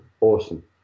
Awesome